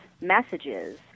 messages